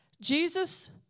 Jesus